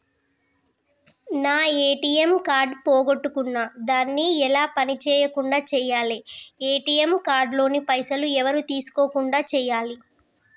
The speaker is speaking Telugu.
నా ఏ.టి.ఎమ్ కార్డు పోగొట్టుకున్నా దాన్ని ఎలా పని చేయకుండా చేయాలి ఏ.టి.ఎమ్ కార్డు లోని పైసలు ఎవరు తీసుకోకుండా చేయాలి?